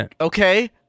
okay